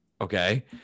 okay